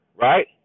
right